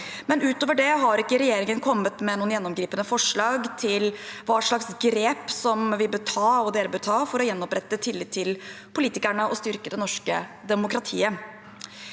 Utover det har ikke regjeringen kommet med noen gjennomgripende forslag til hva slags grep vi bør ta, og dere bør ta, for å gjenopprette tilliten til politikerne og styrke det norske demokratiet.